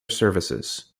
services